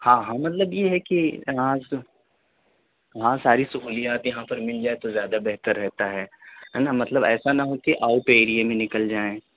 ہاں ہاں مطلب یہ ہے کہ یہاں سے وہاں ساری سہولیات یہاں پر مل جائے تو زیادہ بہتر رہتا ہے ہے نا مطلب ایسا نہ ہو کہ آؤٹ ایریے میں نکل جائیں